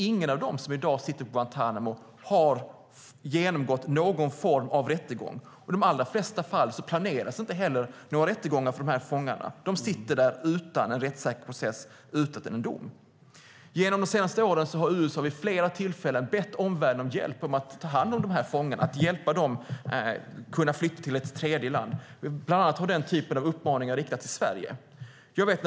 Ingen av dem som i dag sitter på Guantánamo har genomgått någon form av rättegång, och i de allra flesta fall planeras inte heller några rättegångar för dessa fångar. De sitter där utan en rättssäker process, utan dom. Under de senaste åren har USA vid flera tillfällen bett omvärlden om hjälp med att ta hand om dessa fångar, att hjälpa dem att flytta till ett tredje land. Den typen av uppmaningar har riktats bland annat till Sverige.